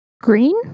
Green